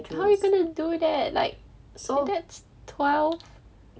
how you gonna do that like that's twelve